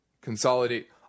consolidate